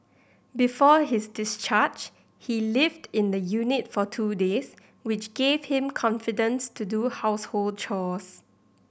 before his discharge he lived in the unit for two days which gave him confidence to do household chores